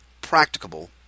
practicable